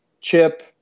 Chip